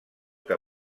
que